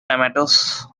tomatoes